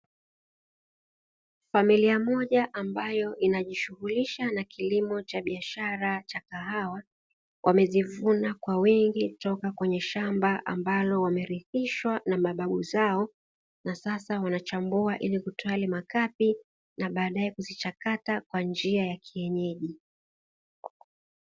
Familia moja ambayo inajishughulisha na kilimo cha biashara cha kahawa wamezivuna kwa wingi kutoka kwenye shamba ambalo wamerithishwa na mababu zao, na sasa wanachambua ili kutoa yale makapi na baadae kuzichakata kwa njia ya kienyeji.